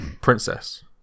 princess